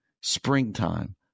springtime